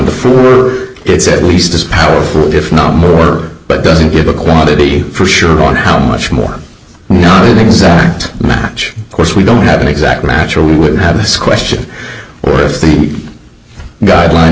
to four it's at least as powerful if not more but doesn't give a quantity for sure on how much more nonny an exact match course we don't have an exact match or we would have this question or if the guidelines